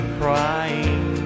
crying